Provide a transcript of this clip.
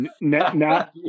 Now